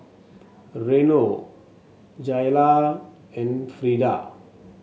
Reno Jayla and Frieda